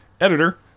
Editor